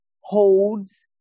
holds